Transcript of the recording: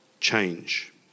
change